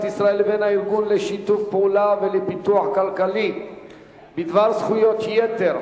ישראל לבין הארגון לשיתוף פעולה ולפיתוח כלכלי בדבר זכויות יתר,